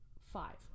five